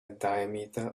diameter